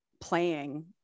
playing